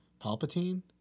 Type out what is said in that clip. Palpatine